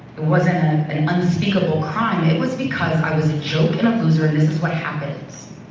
wasn't an an unspeakable crime, it was because i was a joke and a loser, and this is what happens.